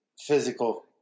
physical